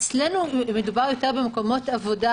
אצלנו מדובר יותר במקומות עבודה,